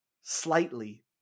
slightly